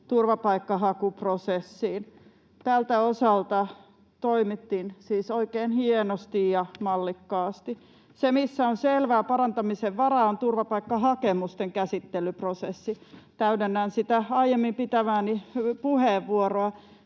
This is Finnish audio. turvapaikanhakuprosessiin. Tältä osalta toimittiin siis oikein hienosti ja mallikkaasti. Se, missä on selvää parantamisen varaa, on turvapaikkahakemusten käsittelyprosessi. Täydennän sitä aiemmin pitämääni puheenvuoroa: